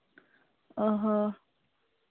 ᱚ ᱦᱚᱸ